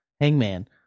Hangman